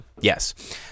Yes